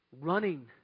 running